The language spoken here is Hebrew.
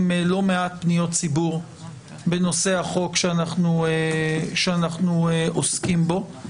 לא מעט פניות ציבור בנושא החוק שאנחנו עוסקים בו.